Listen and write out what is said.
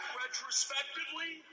retrospectively